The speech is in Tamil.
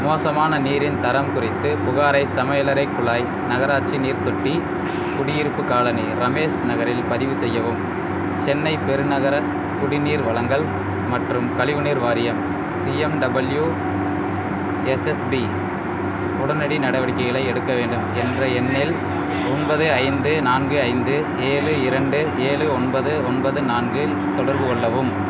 மோசமான நீரின் தரம் குறித்து புகாரை சமையலறை குழாய் நகராட்சி நீர் தொட்டி குடியிருப்பு காலனி ரமேஷ் நகரில் பதிவு செய்யவும் சென்னை பெருநகர குடிநீர் வழங்கல் மற்றும் கழிவுநீர் வாரியம் சிஎம்டபிள்யூஎஸ்எஸ்பி உடனடி நடவடிக்கைகளை எடுக்க வேண்டும் என்ற எண்ணில் ஒன்பது ஐந்து நான்கு ஐந்து ஏழு இரண்டு ஏழு ஒன்பது ஒன்பது நான்கில் தொடர்பு கொள்ளவும்